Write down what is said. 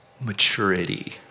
maturity